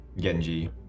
Genji